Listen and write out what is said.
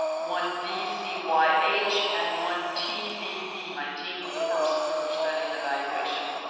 one v z y h, and one t v v nineteen for the purpose of further study and evaluation.